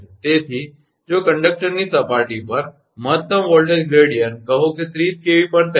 તેથી જો કંડક્ટરની સપાટી પર મહત્તમ વોલ્ટેજ ગ્રેડીયંટ કહો કે 30 𝑘𝑉 𝑐𝑚